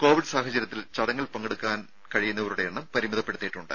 Covid സാഹചര്യത്തിൽ ചടങ്ങിൽ പങ്കെടുക്കാവുന്നവരുടെ എണ്ണം പരിമിതപ്പെടുത്തിയിട്ടുണ്ട്